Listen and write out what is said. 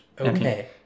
okay